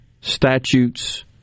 statutes